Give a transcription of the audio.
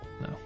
No